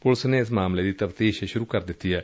police ਨੇ ਮਾਮਲੇ ਦੀ ਤਫਤੀਸ਼ ਸੁਰੂ ਕਰ ਦਿੱਡੀ ਏ